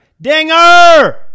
dinger